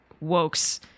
woke's